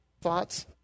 thoughts